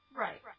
Right